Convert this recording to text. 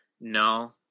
No